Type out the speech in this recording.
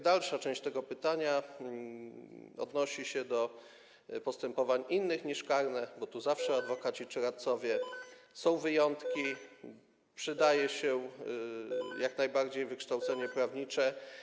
Dalsza część tego pytania odnosi się do postępowań innych niż karne, bo tu adwokaci czy radcowie, ale są wyjątki, tu zawsze przydaje się jak najbardziej wykształcenie prawnicze.